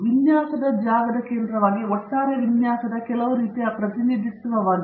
ವಿನ್ಯಾಸದ ಜಾಗದ ಕೇಂದ್ರವಾಗಿ ಒಟ್ಟಾರೆ ವಿನ್ಯಾಸದ ಕೆಲವು ರೀತಿಯ ಪ್ರತಿನಿಧಿತ್ವವಾಗಿದೆ